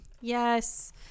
yes